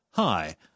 Hi